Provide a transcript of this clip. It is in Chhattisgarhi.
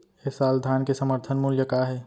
ए साल धान के समर्थन मूल्य का हे?